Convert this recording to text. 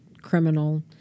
criminal